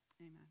Amen